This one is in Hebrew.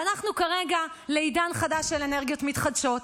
ואנחנו כרגע בעידן חדש של אנרגיות מתחדשות,